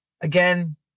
Again